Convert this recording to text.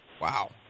Wow